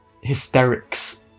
hysterics